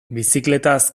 bizikletaz